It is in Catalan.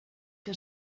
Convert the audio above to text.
que